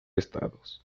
estados